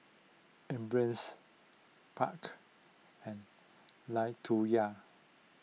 Ambers Buck and Latoya